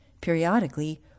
Periodically